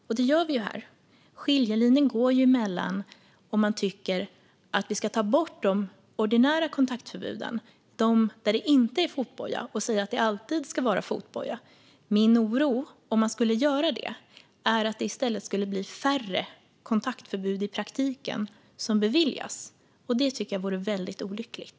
Och det gör vi här. Skiljelinjen går mellan om man tycker att vi ska ta bort de ordinära kontaktförbuden, där det inte är fotboja, och säga att det alltid ska vara fotboja. Min oro, om man skulle göra det, är att det i stället i praktiken skulle bli färre kontaktförbud som beviljas. Detta tycker jag vore väldigt olyckligt.